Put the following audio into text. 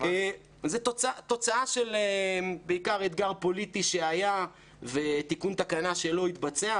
זו בעיקר תוצאה של אתגר פוליטי שהיה ותיקון תקנה שלא התבצע.